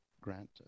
grant